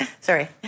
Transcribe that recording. Sorry